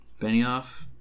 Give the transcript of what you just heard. Benioff